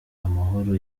amahoro